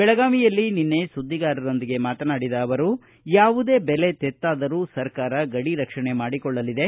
ಬೆಳಗಾವಿಯಲ್ಲಿ ನಿನ್ನೆ ಸುದ್ವಿಗಾರರೊಂದಿಗೆ ಮಾತನಾಡಿದ ಅವರು ಯಾವುದೇ ಬೆಲೆ ತೆತ್ತಾದರೂ ಸರ್ಕಾರ ಗಡಿ ರಕ್ಷಣೆ ಮಾಡಿಕೊಳ್ಳಲಿದೆ